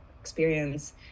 experience